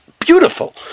beautiful